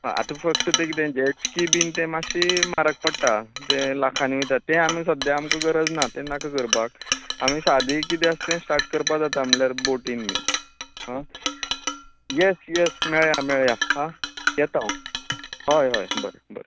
आं आतां फक्त तें किदें जेटस्की तें बी मातशीं म्हारग पडटा तें लाखांनी वयतां तें आमी सद्या आमकां गरज ना तें नाका करपाक आमी सादें किदें आसा तें स्टार्ट करपाक जाता म्हणल्यार बोटिंग बी येस येस मेळया मेळया आं येता हांव हय हय बरें बरें